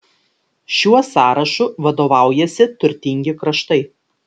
šiuo sąrašu vadovaujasi turtingi kraštai